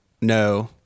no